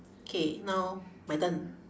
K now my turn